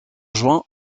juin